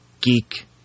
geek